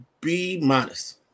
B-minus